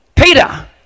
Peter